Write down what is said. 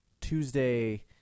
Tuesday